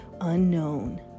unknown